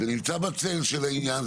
זה נמצא בצל של העניין,